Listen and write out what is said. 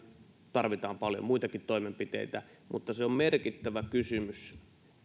tarvitaan paljon muitakin toimenpiteitä mutta se on merkittävä kysymys